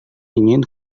ingin